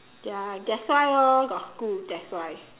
ya that's why orh got school that's why